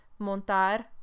Montar